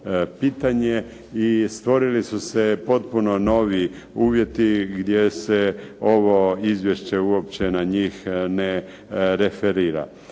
pitanje i stvorili su se potpuno novi uvjeti gdje se ovo izvješće na njih ne referira.